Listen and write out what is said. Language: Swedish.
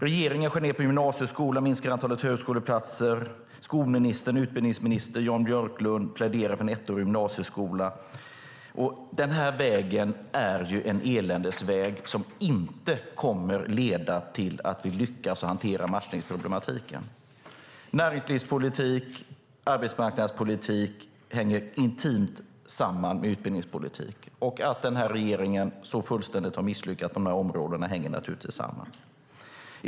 Regeringen skär ned på gymnasieskolan och minskar antalet högskoleplatser. Skolminister och utbildningsminister Jan Björklund pläderar för en ettårig gymnasieskola. Den här vägen är en eländesväg som inte kommer att leda till att vi lyckas hantera matchningsproblematiken. Näringslivspolitik och arbetsmarknadspolitik hänger intimt samman med utbildningspolitik. Att den här regeringen så fullständigt har misslyckats på de här områdena hänger naturligtvis samman med det.